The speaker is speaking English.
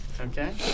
Okay